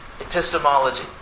epistemology